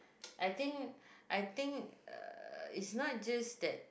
I think I think uh it's not it just that